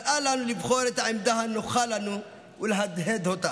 אבל אל לנו לבחור את העמדה הנוחה לנו ולהדהד אותה,